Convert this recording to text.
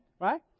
right